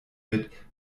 mit